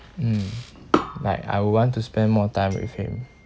mm like I would want to spend more time with him